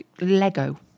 Lego